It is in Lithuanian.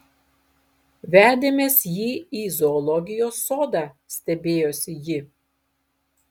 vedėmės jį į zoologijos sodą stebėjosi ji